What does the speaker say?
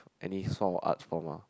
any sort of art form ah